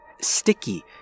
sticky